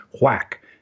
whack